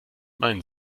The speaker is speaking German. mein